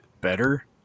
better